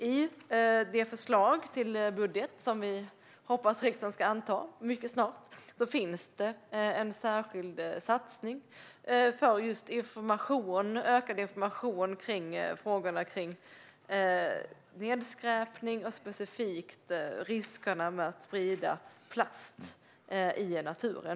I det förslag till budget som vi hoppas att riksdagen ska anta mycket snart finns en särskild satsning för just ökad information om frågorna om nedskräpning och specifikt riskerna med att sprida plast i naturen.